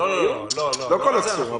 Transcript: לא כל עצור.